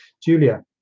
julia